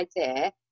idea